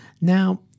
Now